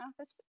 Office